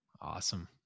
Awesome